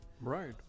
Right